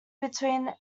between